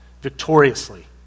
victoriously